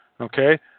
Okay